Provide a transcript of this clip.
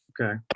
Okay